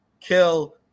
kill